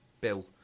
Bill